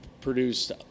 produced